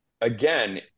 again